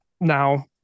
now